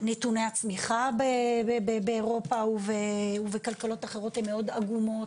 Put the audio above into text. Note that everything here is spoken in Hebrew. נתוני הצמיחה באירופה ובכלכלות אחרות הן מאוד עגומות,